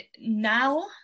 now